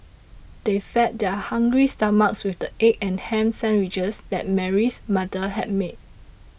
they fed their hungry stomachs with the egg and ham sandwiches that Mary's mother had made